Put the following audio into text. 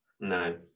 no